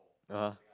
ah [huh]